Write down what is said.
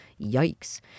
yikes